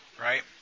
right